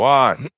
one